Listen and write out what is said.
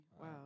Wow